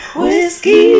whiskey